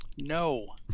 No